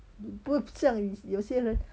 不像有些人